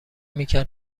میکرد